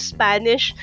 Spanish